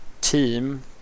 team